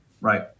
Right